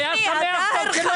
היה פה שמח כשלא היית.